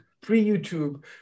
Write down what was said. pre-YouTube